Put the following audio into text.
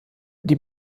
die